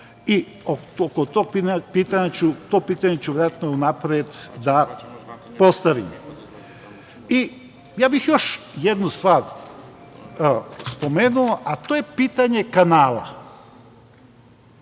i to pitanje ću verovatno u napred da postavim. Ja bih još jednu stvar spomenuo a to je pitanje kanala